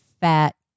fat